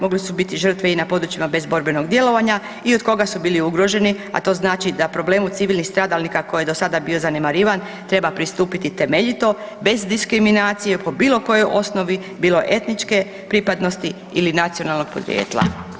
Mogle su biti žrtve i na područjima bez borbenog djelovanja i od koga su bili ugroženi, a to znači da problem civilnih stradalnika koji je do sada bio zanemarivan treba pristupiti temeljito bez diskriminacije po bilo kojoj osnovi bilo etničke pripadnosti ili nacionalnog podrijetla.